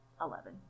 Eleven